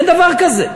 אין דבר כזה.